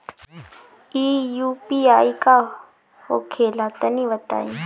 इ यू.पी.आई का होला तनि बताईं?